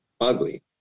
ugly